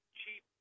cheap